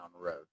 road